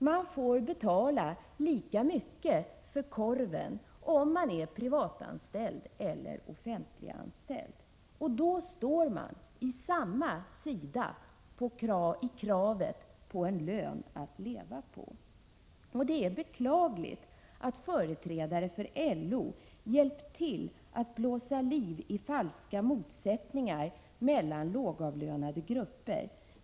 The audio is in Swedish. Man får betala lika mycket för korven oavsett om man är privatanställd eller offentliganställd. Då står man på samma sida i kravet på en lön att leva på. Det är beklagligt att företrädare för LO hjälpt till att blåsa liv i falska motsättningar mellan låglönegrupper.